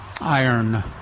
iron